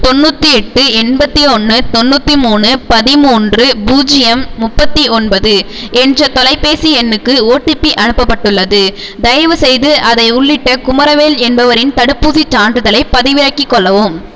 தொண்ணூற்றி எட்டு எண்பத்தி ஓன்று தொண்ணூற்றி மூணு பதிமூன்று பூஜ்ஜியம் முப்பத்தி ஒன்பது என்ற தொலைபேசி எண்ணுக்கு ஓடிபி அனுப்பப்பட்டுள்ளது தயவுசெய்து அதை உள்ளிட்ட குமரவேல் என்பவரின் தடுப்பூசிச் சான்றிதழைப் பதிவிறக்கிக் கொள்ளவும்